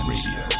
Radio